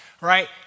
right